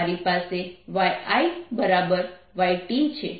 મારી પાસે yIyT છે